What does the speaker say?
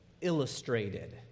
Illustrated